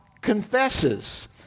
confesses